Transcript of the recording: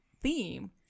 theme